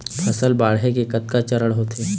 फसल बाढ़े के कतका चरण होथे?